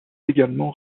également